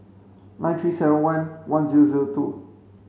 nine three seven one one zero zero two